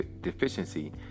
deficiency